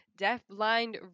DeafBlind